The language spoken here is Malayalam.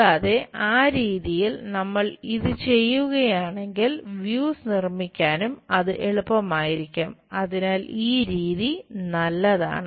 കൂടാതെ ആ രീതിയിൽ നമ്മൾ അത് ചെയ്യുകയാണെങ്കിൽ വ്യൂസ് നിർമ്മിക്കാനും അത് എളുപ്പമായിരിക്കും അതിനാൽ ഈ രീതി നല്ലതാണ്